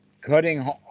cutting